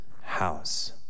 house